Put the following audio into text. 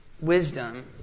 wisdom